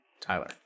Tyler